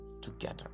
together